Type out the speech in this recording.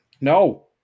No